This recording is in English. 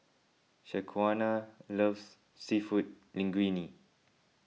Shaquana loves Seafood Linguine